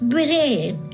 brain